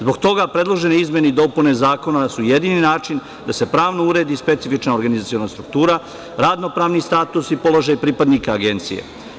Zbog toga predložene izmene i dopune Zakona su jedini način da se pravno uredi specifična organizaciona struktura, radnopravni status i položaj pripadnika Agencije.